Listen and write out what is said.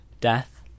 death